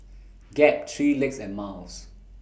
Gap three Legs and Miles